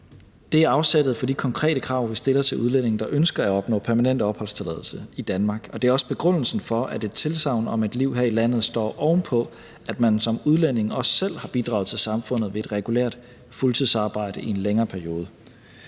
Det er afsættet for de konkrete krav, vi stiller til udlændinge, der ønsker at opnå permanent opholdstilladelse i Danmark. Og det er også begrundelsen for, at et tilsagn om et liv her i landet står oven på, at man som udlænding også selv har bidraget til samfundet ved et regulært fuldtidsarbejde i en længere periode.